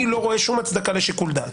אני לא רואה שום הצדקה לשיקול דעת.